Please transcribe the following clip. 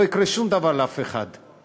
לא יקרה שום דבר לאף אחד.